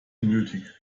nötig